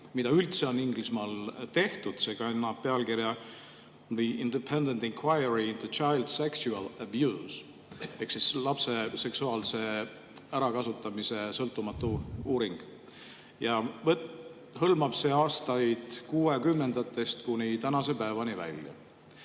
mida üldse on Inglismaal tehtud. See kannab pealkirja "The Independent Inquiry into Child Sexual Abuse" ehk siis "Lapse seksuaalse ärakasutamise sõltumatu uuring". Ja hõlmab see aastaid kuuekümnendatest kuni tänase päevani välja.